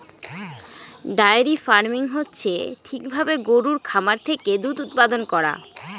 diary farming হচ্ছে ঠিক ভাবে গরুর খামার থেকে দুধ উৎপাদান করা